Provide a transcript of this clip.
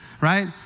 right